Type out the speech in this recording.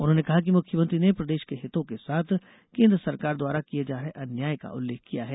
उन्होंने कहा कि मुख्यमंत्री ने प्रदेश के हितों के साथ केन्द्र सरकार द्वारा किये जा रहे अन्याय का उल्लेख किया है